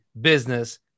business